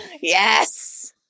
Yes